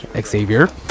Xavier